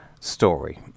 story